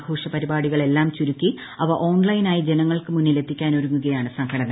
ആഘോഷ പരിപാടികളെല്ലാം ചുരുക്കി അവ ഓൺലൈനായി ജനങ്ങൾക്കു മുന്നിൽ എത്തിക്കാൻ ഒരുങ്ങുകയാണ് സംഘടന